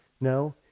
No